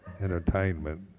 entertainment